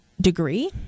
degree